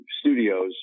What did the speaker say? studios